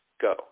go